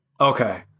Okay